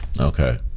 Okay